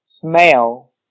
smell